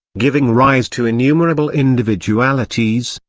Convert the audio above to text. giving rise to innumerable individualities,